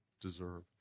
deserve